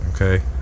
Okay